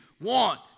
want